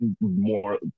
more